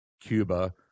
Cuba